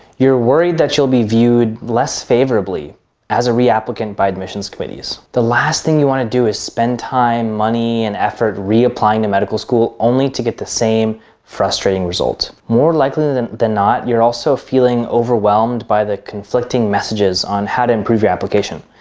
you're worried that you'll be viewed less favorably as a reapplicant by admissions committees. the last thing you wanna do is spend time, money, and effort reapplying to medical school only to get the same frustrating result. more likely than not, you're also feeling overwhelmed by the conflicting messages on how to improve your application.